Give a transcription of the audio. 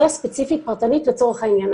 ספציפית פרטנית לצורך העניין הזה.